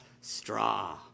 straw